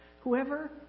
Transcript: Whoever